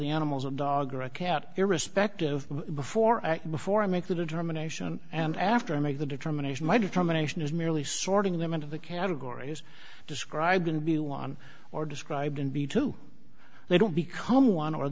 the animals a dog or a cat irrespective before before i make the determination and after i make the determination my determination is merely sorting them into the category as described and be won or described and be too they don't become one or